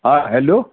हा हलो